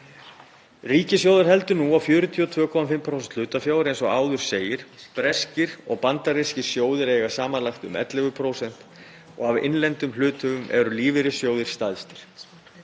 Ríkissjóður heldur nú á 42,5% hlutafjár, eins og áður segir. Breskir og bandarískir sjóðir eiga samanlagt um 11% og af innlendum hluthöfum eru lífeyrissjóðir stærstir.